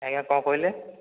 ଆଜ୍ଞା କ'ଣ କହିଲେ